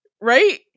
right